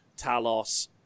Talos